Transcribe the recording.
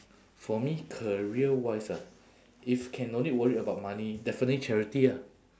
for me career-wise ah if can no need worry about money definitely charity ah